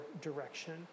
direction